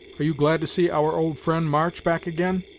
are you glad to see our old friend, march, back again?